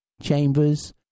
Chambers